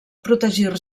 protegir